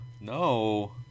no